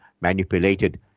manipulated